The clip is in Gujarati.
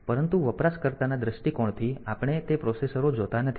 પરંતુ વપરાશકર્તાના દૃષ્ટિકોણથી આપણે તે પ્રોસેસરો જોતા નથી